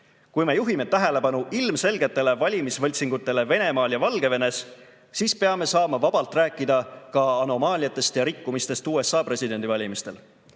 Kui me juhime tähelepanu ilmselgetele valimisvõltsingutele Venemaal ja Valgevenes, siis peame saama vabalt rääkida ka anomaaliatest ja rikkumistest USA presidendivalimistel.